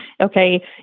okay